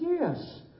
yes